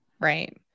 Right